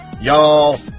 Y'all